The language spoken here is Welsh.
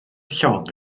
llong